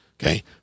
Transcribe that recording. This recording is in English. okay